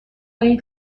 این